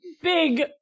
Big